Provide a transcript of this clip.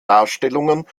darstellungen